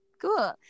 cool